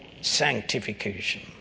sanctification